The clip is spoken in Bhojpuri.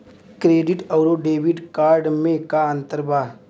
क्रेडिट अउरो डेबिट कार्ड मे का अन्तर बा?